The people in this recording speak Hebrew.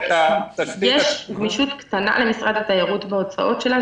יש גמישות קטנה למשרד התיירות בהוצאות שלו,